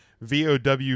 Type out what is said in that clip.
VOW